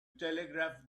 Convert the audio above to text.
telegraph